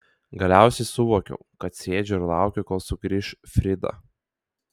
galiausiai suvokiau kad sėdžiu ir laukiu kol sugrįš frida